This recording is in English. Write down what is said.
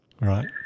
Right